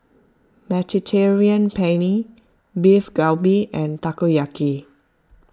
Mediterranean Penne Beef Galbi and Takoyaki